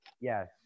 Yes